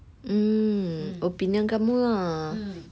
mm opinion kamu ah